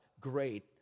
great